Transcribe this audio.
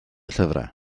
llyfrau